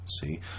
See